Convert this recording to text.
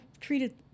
treated